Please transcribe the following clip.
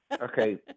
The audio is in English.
Okay